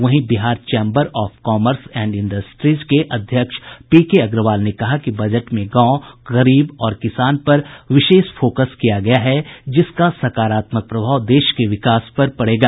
वहीं Bihar chamber of commerce and industries के अध्यक्ष पीके अग्रवाल ने कहा कि बजट में गांव गरीब और किसान पर विशेष फोकस किया गया है जिसका सकारात्मक प्रभाव देश के विकास पर पड़ेगा